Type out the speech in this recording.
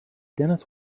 dennis